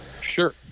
Sure